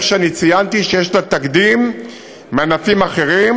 שציינתי שיש לה תקדים מענפים אחרים,